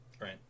right